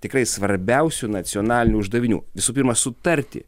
tikrai svarbiausių nacionalinių uždavinių visų pirma sutarti